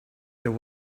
there